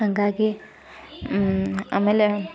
ಹಂಗಾಗಿ ಆಮೇಲೆ